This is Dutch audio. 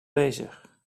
bezig